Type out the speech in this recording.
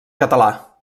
català